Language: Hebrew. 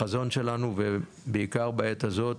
החזון שלנו, בעיקר בעת הזאת